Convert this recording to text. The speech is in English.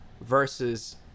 versus